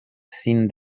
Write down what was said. sin